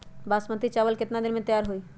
बासमती चावल केतना दिन में तयार होई?